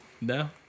No